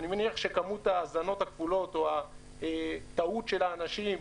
אני מניח שכמות האזנות הכפולות או הטעות של האנשים,